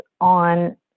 on